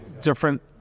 different